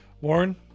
Warren